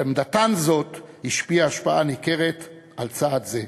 ועמדתן זו השפיעה השפעה ניכרת על צעד זה.